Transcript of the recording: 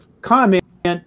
comment